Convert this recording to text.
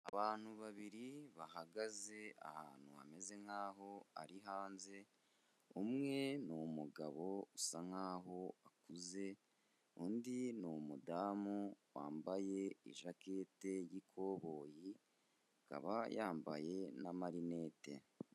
Abantu babiri bahagaze ahantu hameze nkaho ari hanze, umwe ni umugabo usa nkaho akuze, undi ni umudamu wambaye ijaketi y'ikoboyi akaba yambaye n'amarinete.